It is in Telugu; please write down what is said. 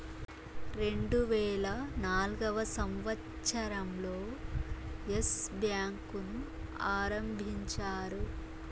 రెండువేల నాల్గవ సంవచ్చరం లో ఎస్ బ్యాంకు ను ఆరంభించారు